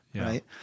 right